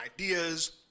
ideas